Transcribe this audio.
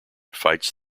fights